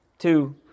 Two